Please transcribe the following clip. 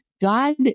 God